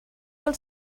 del